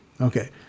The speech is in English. Okay